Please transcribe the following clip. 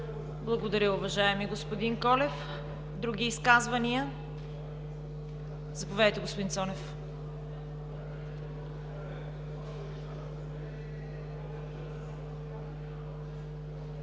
Благодаря, уважаеми господин Колев. Други изказвания? Заповядайте, господин Цонев.